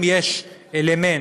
אם יש אלמנט